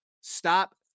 Stop